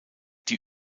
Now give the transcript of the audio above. die